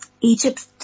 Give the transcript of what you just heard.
Egypt